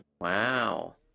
wow